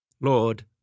Lord